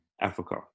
africa